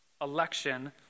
election